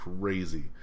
crazy